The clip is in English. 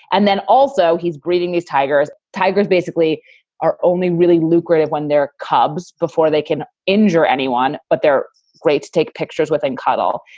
and then also he's breeding these tigers. tigers basically are only really lucrative when they're cubs before they can injure anyone. but they're great to take pictures with and cuddle.